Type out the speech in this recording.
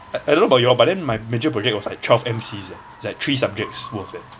I I don't know about y'all but then my major project was like twelve M_Cs eh it's like three subjects worth leh